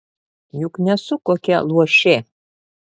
juk nesu kokia luošė